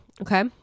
okay